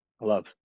Love